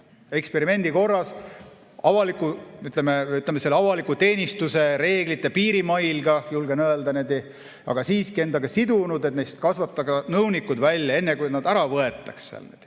eksperimendi korras, avaliku teenistuse reeglite piirimail, julgen öelda, aga siiski nad endaga sidunud, et neist kasvatada nõunikud, enne kui nad ära võetakse.